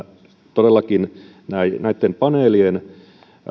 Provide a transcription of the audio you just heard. todellakin näitten paneelien